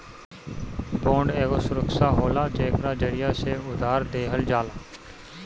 bond एगो सुरक्षा होला जेकरा जरिया से उधार देहल जाला